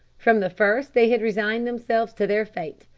from the first they had resigned themselves to their fate,